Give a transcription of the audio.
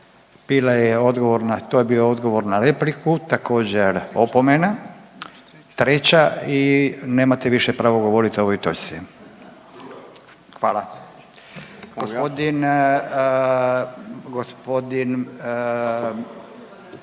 To je bio odgovor na repliku, također opomena treća i nemate više pravo govoriti o ovoj točci. Hvala.